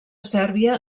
sèrbia